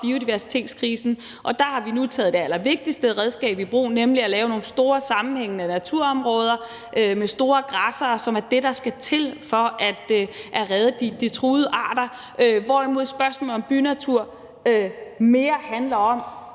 og der har vi nu taget det allervigtigste redskab i brug, nemlig at lave nogle store sammenhængende naturområder med store græssere, som er det, der skal til for at redde de truede arter, hvorimod spørgsmålet om bynatur mere handler om,